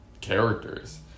characters